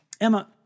Emma